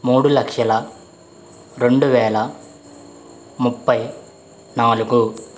మూడు లక్షల రెండు వేల ముప్పై నాలుగు